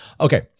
Okay